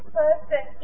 person